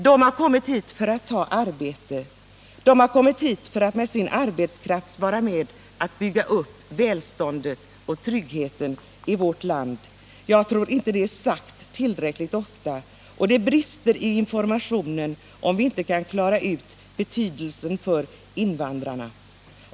De har kommit hit för att ta arbete, för att med sin arbetskraft vara med om att bygga upp välståndet och tryggheten i vårt land. Jag tror inte det är sagt tillräckligt ofta. Och det brister i informationen om vi inte kan klara ut betydelsen av våra invandrare.